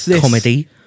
comedy